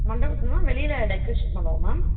மண்டபத்திலன்னா வெளியில் டெக்ரேஷன் பண்ணுவோம் மேம்